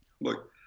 look